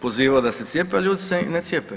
pozivao da se cijepe, a ljudi se i ne cijepe.